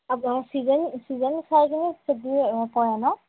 আটছা ছিজন ছিজন চাইকেনে খেতি কৰে ন